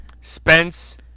Spence